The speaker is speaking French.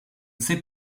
sais